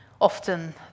Often